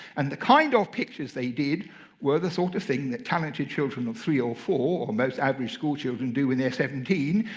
and the kind of pictures they did were the sort of thing that talented children of three or four or most average school children do when they're seventeen,